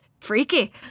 Freaky